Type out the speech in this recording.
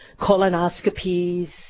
colonoscopies